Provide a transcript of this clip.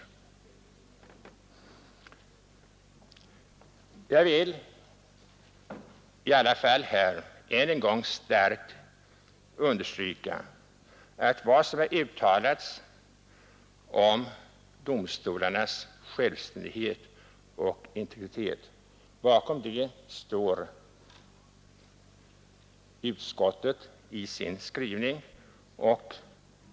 Jag vill i alla fall här en än gång starkt understryka att bakom vad som har uttalats om domstolarnas självständighet och integritet står utskottet med sin skrivning.